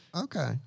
Okay